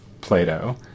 Plato